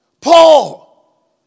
Paul